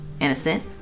innocent